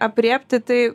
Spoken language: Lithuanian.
aprėpti tai